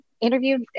interviewed